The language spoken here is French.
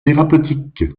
thérapeutiques